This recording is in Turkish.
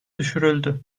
düşürüldü